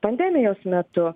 pandemijos metu